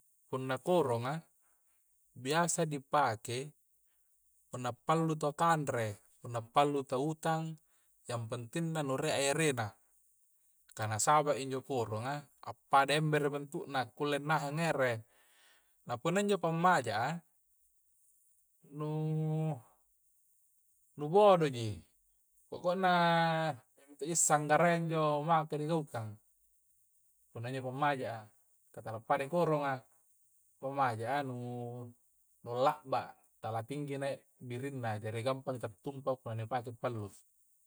Punna koronga, biasa dipaka i punna palluki tu kanre punna pallu ta utang yang penting na rie erena karna saba injo koronga appada embere bentuk na kulle nahang ere na kulle na injo pammaja a nu nu bodoji pokona iya minto'ji sanggara yya injo maka digaukang, punna injo pammaja a kah tala pada i koronga pammaja a nu la'ba tala tinggi nai birinna jari gampangi ta tuppa punna dipakai pallu